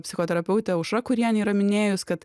psichoterapeutė aušra kurienė yra minėjus kad